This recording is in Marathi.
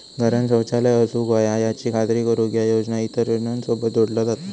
घरांत शौचालय असूक व्हया याची खात्री करुक ह्या योजना इतर योजनांसोबत जोडला जाता